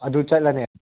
ꯑꯗꯨ ꯆꯠꯂꯅꯤ